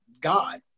God